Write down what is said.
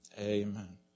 Amen